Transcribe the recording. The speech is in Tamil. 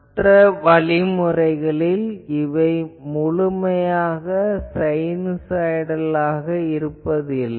மற்ற வழிமுறைகளில் இவை முழுமையான சைனுசாய்டல் அல்ல